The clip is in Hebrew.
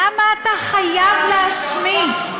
למה אתה חייב להשמיץ?